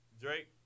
Drake